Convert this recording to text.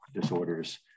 disorders